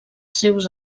seus